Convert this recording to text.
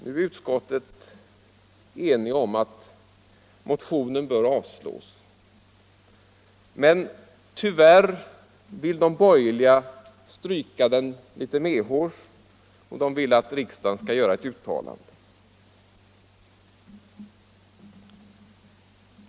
Nu är utskottet enigt om att motionen bör avslås, men tyvärr vill de borgerliga stryka den litet medhårs, och de vill att riksdagen skall göra ett uttalande.